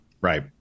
Right